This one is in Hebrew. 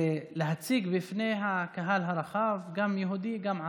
ולהציג בפני הקהל הרחב גם יהודי, גם ערבי,